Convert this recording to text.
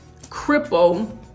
cripple